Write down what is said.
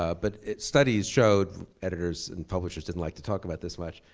ah but its studies showed, editors and publishers didn't like to talk about this much,